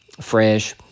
fresh